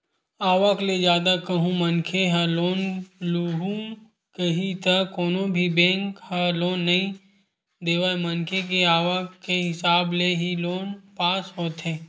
आवक ले जादा कहूं मनखे ह लोन लुहूं कइही त कोनो भी बेंक ह लोन नइ देवय मनखे के आवक के हिसाब ले ही लोन पास होथे